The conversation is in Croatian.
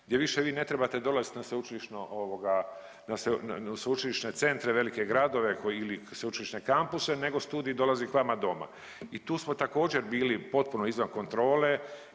gdje više ne trebate dolaziti na sveučilišno ovoga, u sveučilišne centre velike gradove koji ili sveučilišne kampuse nego studij dolazi k vama doma. I tu smo također bili potpuno izvan kontrole.